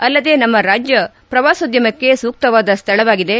ಅಲ್ಲದೆ ನಮ್ನ ರಾಜ್ಯ ಶ್ರವಾಸೋದ್ಯಮಕ್ಕೆ ಸೂಕ್ತವಾದ ಸ್ಥಳವಾಗಿದೆ